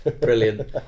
brilliant